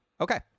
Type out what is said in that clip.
Okay